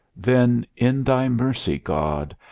then, in thy mercy, god,